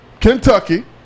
Kentucky